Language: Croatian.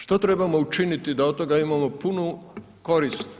Što trebamo učiniti da o toga imamo punu korist?